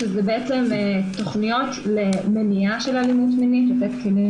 שזה בעצם תוכניות למניעה של אלימות מינית כלפי קטינים